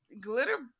glitter